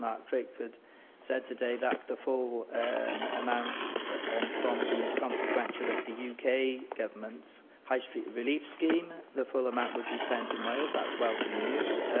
um drakeford said today that the full amount from the consequential of the yeah uk government's high-street relief scheme the full amount will be spent in wales. that's welcome news.